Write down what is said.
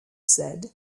said